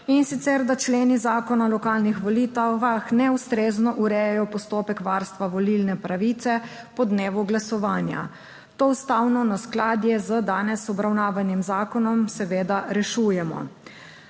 in sicer da členi Zakona o lokalnih volitvah neustrezno urejajo postopek varstva volilne pravice po dnevu glasovanja. To ustavno neskladje z danes obravnavanim zakonom seveda rešujemo.